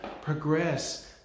progress